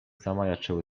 zamajaczyły